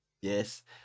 Yes